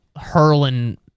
hurling